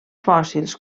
fòssils